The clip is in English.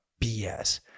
BS